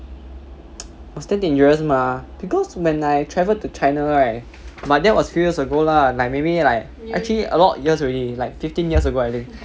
but still dangerous mah because when I travel to china right but that was few years ago lah like maybe like actually a lot of years already like fifteen years ago I think